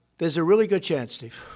there's a really good chance, steve.